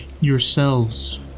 yourselves